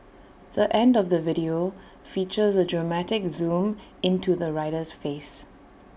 the end of the video features A dramatic zoom into the rider's face